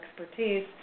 expertise